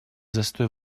застой